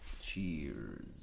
Cheers